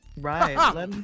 Right